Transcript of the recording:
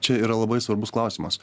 čia yra labai svarbus klausimas